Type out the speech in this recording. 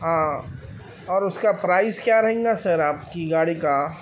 ہاں اور اس کا پرائس کیا رہیں گا سر آپ کی گاڑی کا